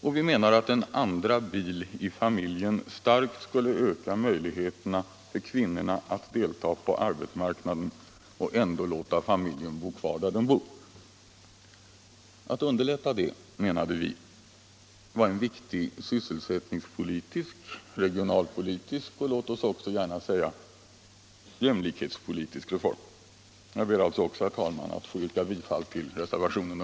Och vi menar att en andra bil i familjen starkt skulle öka möjligheterna för kvinnorna att delta på arbetsmarknaden och ändå låta familjen bo kvar där den bor. Att underlätta det, menar vi, är en viktig sysselsättningspolitisk, regionalpolitisk och låt oss också gärna säga jämlikhetspolitisk reform. Jag ber alltså också, herr talman, att få yrka bifall till reservationen i